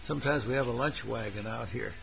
sometimes we have a lunch wagon out here